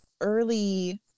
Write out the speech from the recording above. early